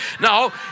Now